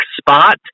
spot